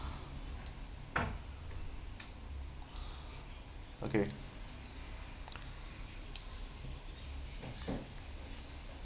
okay